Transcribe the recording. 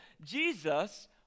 Jesus